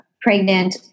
pregnant